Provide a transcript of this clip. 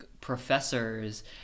professors